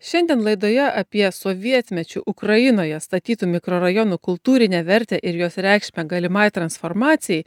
šiandien laidoje apie sovietmečiu ukrainoje statytų mikrorajonų kultūrinę vertę ir jos reikšmę galimai transformacijai